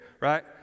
right